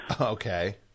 Okay